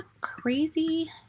crazy